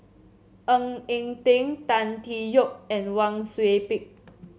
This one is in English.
Ng Eng Teng Tan Tee Yoke and Wang Sui Pick